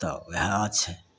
तब ओहए बात छै